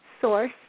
source